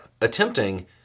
attempting